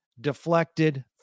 deflected